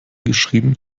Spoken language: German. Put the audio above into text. geschrieben